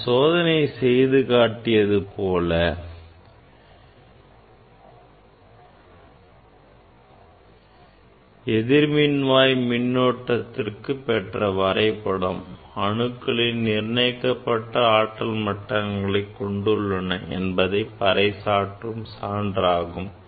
நான் சோதனை செய்து காட்டியபோது எதிர்மின்வாய் மின்னூட்டத்திற்கு பெற்ற வரைபடம் அணுக்கள் நிர்ணயிக்கப்பட்ட ஆற்றல் மட்டங்களை கொண்டுள்ளன என்பதை பறைசாற்றும் சான்றாகும்